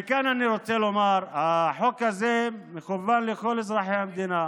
ומכאן אני רוצה לומר שהחוק הזה מכוון לכל אזרחי המדינה.